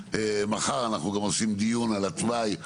מחר אנחנו גם עושים דיון על התוואי,